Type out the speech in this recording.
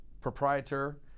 proprietor